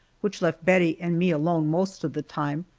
which left bettie and me alone most of the time,